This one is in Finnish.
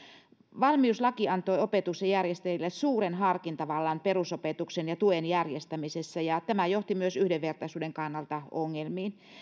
valmiuslaki antoi opetuksen järjestäjille suuren harkintavallan perusopetuksen ja tuen järjestämisessä ja tämä johti myös yhdenvertaisuuden kannalta ongelmiin